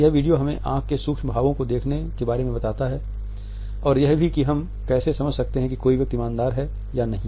यह वीडियो हमें आँखों के सूक्ष्म भावों को देखने के बारे में बताता है और यह भी कि हम कैसे समझ सकते हैं कि कोई व्यक्ति ईमानदार है या नहीं